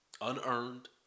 unearned